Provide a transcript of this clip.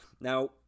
Now